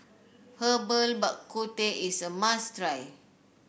Herbal Bak Ku Teh is a must try